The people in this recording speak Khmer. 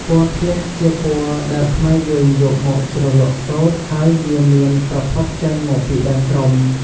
ពណ៌៌ធ្លះជាពណ៌ដែលខ្មែរយើងយកមកជ្រលក់សូត្រ ហើយវាមានប្រភពចេញមកពីដើមត្រុំ។